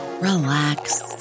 Relax